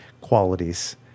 qualities